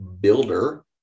Builder